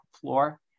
floor